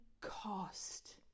cost